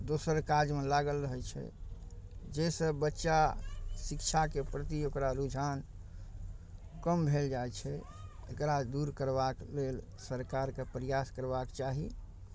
दोसर काजमे लागल रहै छै जाहिसँ बच्चा शिक्षाके प्रति ओकरा रुझान कम भेल जाइ छै एकरा दूर करबाक लेल सरकारके प्रयास करबाक चाही